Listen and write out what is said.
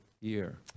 year